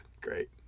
Great